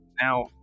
Now